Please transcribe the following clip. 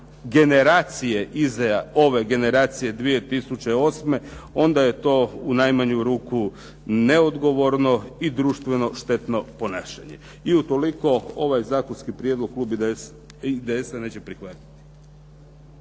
generacije iza ove generacije 2008. onda je to u najmanju ruku neodgovorno i društveno štetno ponašanje. I utoliko ovaj zakonski prijedlog klub IDS-a neće prihvatiti.